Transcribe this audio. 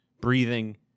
breathing